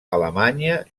alemanya